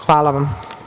Hvala vam.